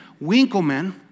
Winkleman